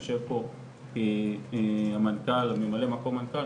יושב פה ממלא מקום המנכ"ל,